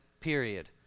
period